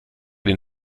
den